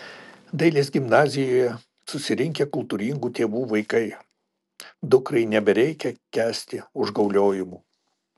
dailės gimnazijoje susirinkę kultūringų tėvų vaikai dukrai nebereikia kęsti užgauliojimų